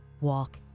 walk